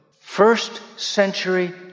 first-century